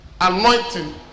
anointing